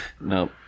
No